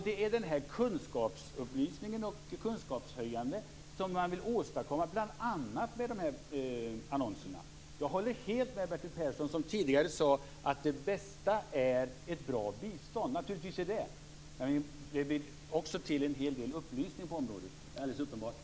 Det är bl.a. den här upplysningen och den här kunskapshöjande insatsen som man vill åstadkomma med annonserna. Jag håller helt med Bertil Persson om att det bästa är ett bra bistånd. Naturligtvis är det så. Men det vill också till en hel del upplysning på området. Det är alldeles uppenbart.